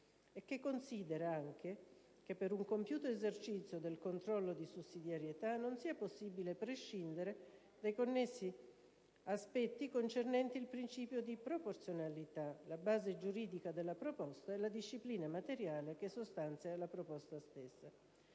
e che considera, inoltre, che per un compiuto esercizio del controllo di sussidiarietà non sia possibile prescindere dai connessi aspetti concernenti il principio di proporzionalità, la base giuridica della proposta e la disciplina materiale che sostanzia la proposta stessa.